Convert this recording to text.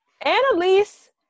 Annalise